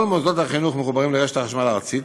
כל מוסדות החינוך מחוברים לרשת החשמל הארצית.